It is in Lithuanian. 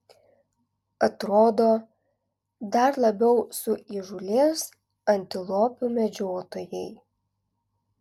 atrodo dar labiau suįžūlės antilopių medžiotojai